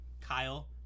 Kyle